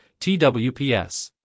TWPS